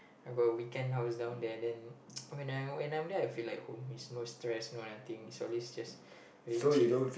I got a weekend house down there then when I'm when I'm there I feel like home is no stress no nothing is always just very chill